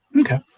Okay